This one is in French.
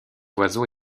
oiseau